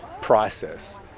process